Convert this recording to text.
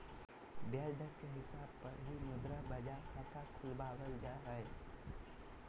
ब्याज दर के हिसाब पर ही मुद्रा बाजार खाता खुलवावल जा हय